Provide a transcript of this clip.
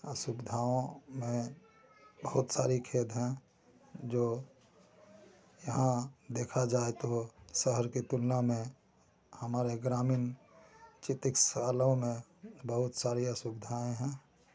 असुविधाओं में बहुत सारी खेद हैं जो यहाँ देखा जाए तो शहर की तुलना में हमारे ग्रामीण चिकित्सालयों में बहुत सारी असुविधाएँ हैं